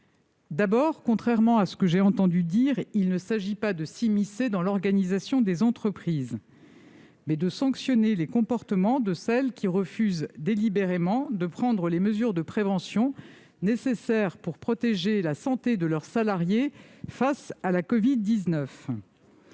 D'abord, contrairement à ce que j'ai entendu dire, il s'agit non pas de s'immiscer dans l'organisation des entreprises, mais de sanctionner les comportements de celles qui refusent délibérément de prendre les mesures de prévention nécessaires pour protéger la santé de leurs salariés face à la covid-19.